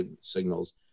signals